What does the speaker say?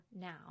now